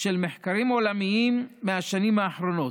ממחקרים עולמיים מהשנים האחרונות,